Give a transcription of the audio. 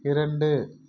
இரண்டு